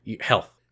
health